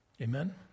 Amen